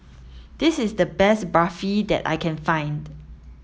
this is the best Barfi that I can find